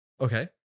Okay